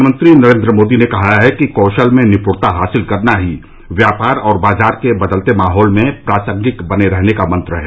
प्रधानमंत्री नरेन्द्र मोदी ने कहा है कि कौशल में निपुणता हासिल करना ही व्यापार और बाजार के बदलते माहौल में प्रासंगिक बने रहने का मंत्र है